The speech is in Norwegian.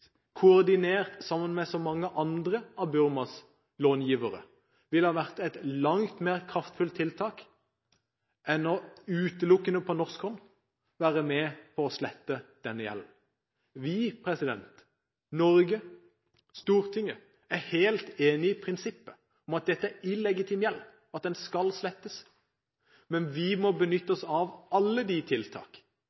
sammen med mange andre av Burmas långivere, ville ha vært langt mer kraftfullt fra norsk hold enn utelukkende å være med på å slette gjelden. Vi, Norge, Stortinget er helt enig i prinsippet om at dette er illegitim hjelp, at den skal slettes, men vi må benytte